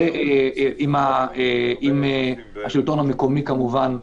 עם השלטון המקומי, כמובן,